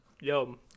Yo